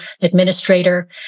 administrator